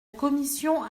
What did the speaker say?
commission